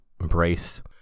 embrace